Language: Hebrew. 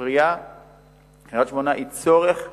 הספרייה בקריית-שמונה היא צורך חיוני.